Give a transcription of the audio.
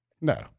No